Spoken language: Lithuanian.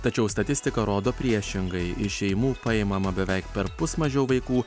tačiau statistika rodo priešingai iš šeimų paimama beveik perpus mažiau vaikų